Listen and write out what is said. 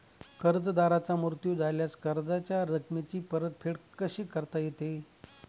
कर्जदाराचा मृत्यू झाल्यास कर्जाच्या रकमेची परतफेड कशी करता येते?